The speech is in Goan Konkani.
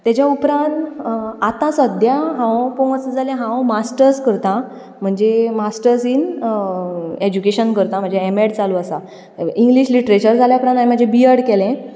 ताच्या उपरांत आतां सद्या हांव पळोवंक वचत जाल्यार हांव मास्टर्ज करतां म्हणजे मास्टर्स इन एज्युकेशन करतां म्हजें एम एड चालू आसा इंग्लीश लिट्रेचर जाल्या उपरांत हांवें म्हजें बी एड केलें